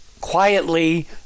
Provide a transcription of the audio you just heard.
quietly